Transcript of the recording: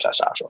testosterone